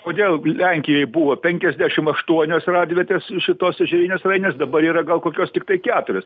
kodėl gi lenkijoj buvo penkiasdešim aštuonios radvietės šitos ežerinės rainės dabar yra gal kokios tiktai keturios